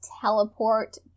teleport